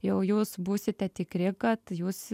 jau jūs būsite tikri kad jūs